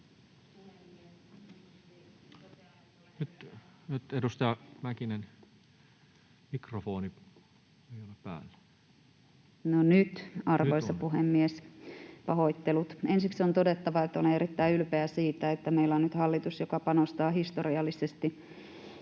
puheenvuoron mikrofonin ollessa suljettuna] No nyt, arvoisa puhemies! Pahoittelut. — Ensiksi on todettava, että olen erittäin ylpeä siitä, että meillä on nyt hallitus, joka panostaa historiallisesti